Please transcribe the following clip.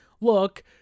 look